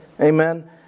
Amen